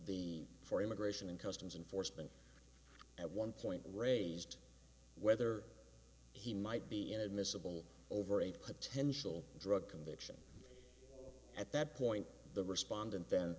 the for immigration and customs enforcement at one point raised whether he might be inadmissible over a potential drug conviction at that point the respondent then